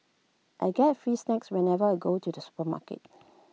I get free snacks whenever I go to the supermarket